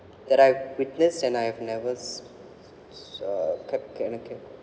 that I witness and I have never uh kept and I kept